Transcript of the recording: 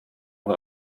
und